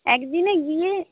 একদিনে গিয়ে